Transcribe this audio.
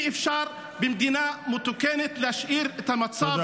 במדינה מתוקנת אי-אפשר להשאיר את המצב